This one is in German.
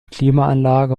klimaanlage